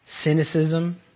cynicism